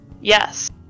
yes